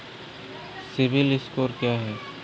CIBIL score क्या है?